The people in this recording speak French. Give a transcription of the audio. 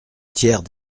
tiers